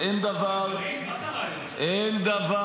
אין דבר